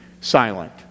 silent